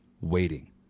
Waiting